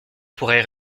pourrait